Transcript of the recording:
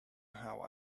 how